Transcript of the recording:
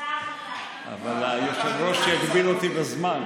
אבל היושב-ראש יגביל אותי בזמן.